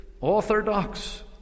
orthodox